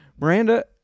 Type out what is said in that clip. Miranda